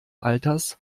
alters